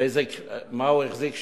מה הוא החזיק שמה,